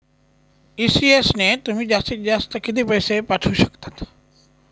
ECS ने तुम्ही जास्तीत जास्त किती पैसे पाठवू शकतात?